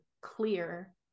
clear